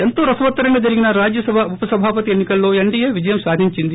ఎంతో రసవత్తరంగా జరిగిన రాజ్యసభ ఉపసభాపతి ఎన్ని కలో ఎన్నీయేనే విజయం సాధించింది